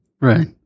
Right